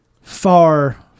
far